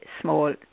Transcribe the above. small